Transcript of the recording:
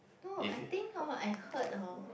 no I think hor I heard hor